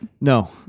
no